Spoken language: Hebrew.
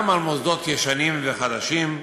גם על מוסדות ישנים וחדשים,